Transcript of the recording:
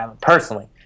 personally